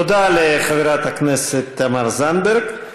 תודה לחברת הכנסת תמר זנדברג.